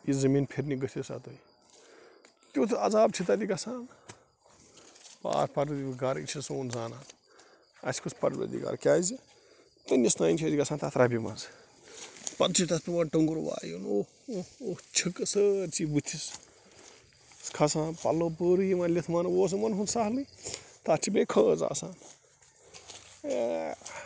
یہِ زمیٖن پھِرِنہٕ گٔژھو سا تُہۍ تیُتھ عذاب چھُ تتہِ گژھان پاک پرور دِگارٕے چھُ سوٚن زانان اَسہِ کُس پروردِگار کیٛازِ تٔنِس تانہِ چھِ أسی گژھان تتھ ربہِ منٛز پتہِ چھُ تتھ پیٚوان تتھ ٹۅنٛگُر وایُن اَوہ اَوہ اَوہ چھِکہٕ سٲرسٕے بُتھِس کھسان پلو پوٗرٕ یِوان لِتھونہٕ وۅنۍ اوس یِمن ہُنٛد سہلٕے تتھ چھِ بیٚیہِ خٲز آسان